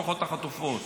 משפחות החטופים.